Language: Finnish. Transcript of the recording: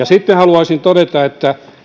sitten haluaisin todeta että